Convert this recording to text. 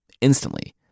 Instantly